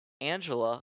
angela